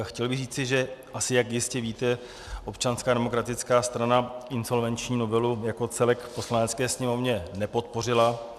Chtěl bych říci, že, asi jak jistě víte, Občanská demokratická strana insolvenční novelu jako celek v Poslanecké sněmovně nepodpořila.